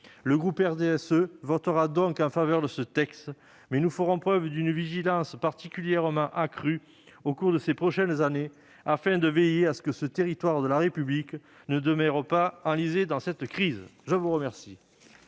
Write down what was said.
Le groupe RDSE votera donc en faveur de ce texte, mais fera preuve d'une vigilance particulièrement accrue au cours de ces prochaines années, afin de veiller à ce que ce territoire de la République ne demeure pas enlisé dans cette crise. La parole